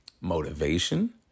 motivation